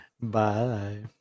Bye